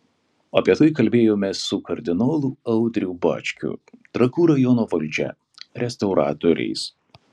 apie tai kalbėjomės su kardinolu audriu bačkiu trakų rajono valdžia restauratoriais